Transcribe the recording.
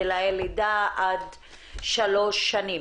גילאי לידה עד שלוש שנים.